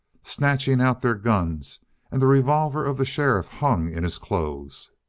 snatching out their guns and the revolver of the sheriff hung in his clothes!